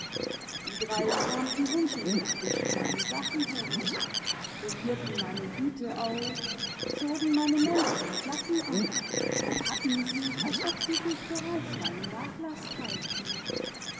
die drei kramten ungeniert zwischen meinen sachen herum probierten meine hüte auf zogen meine mäntel und jacken an imd hatten sich als ob sie sich bereits meinen nachlaß teilten